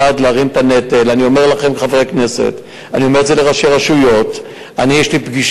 האנשים, שזה רוב